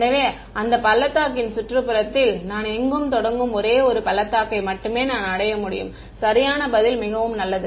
எனவே அந்த பள்ளத்தாக்கின் சுற்றுப்புறத்தில் நான் எங்கும் தொடங்கும் ஒரே ஒரு பள்ளத்தாக்கை மட்டுமே நான் அடைய முடியும் சரியான பதில் மிகவும் நல்லது